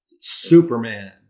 Superman